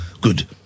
Good